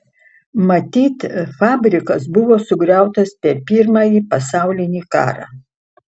matyt fabrikas buvo sugriautas per pirmąjį pasaulinį karą